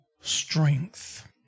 strength